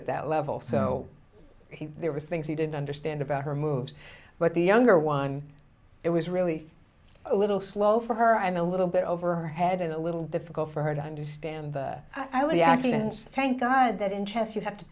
at that level so there was things he didn't understand about her moves but the younger one it was really a little slow for her i'm a little bit over her head a little difficult for her to understand i was acting and thank god that in chess you have to